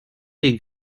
des